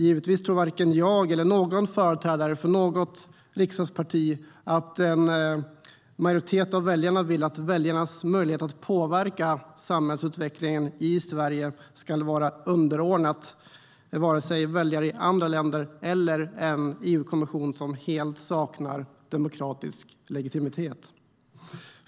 Givetvis tror varken jag eller någon annan företrädare för något riksdagsparti att en majoritet av väljarna vill att väljarnas möjlighet att påverka samhällsutvecklingen i Sverige ska vara underordnad vare sig väljare i andra länder eller en EU-kommission som helt saknar demokratisk legitimitet.